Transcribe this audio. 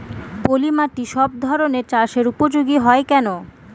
পলিমাটি সব ধরনের চাষের উপযোগী হয় কেন?